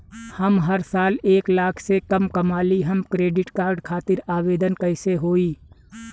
हम हर साल एक लाख से कम कमाली हम क्रेडिट कार्ड खातिर आवेदन कैसे होइ?